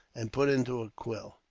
and put into a quill.